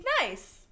nice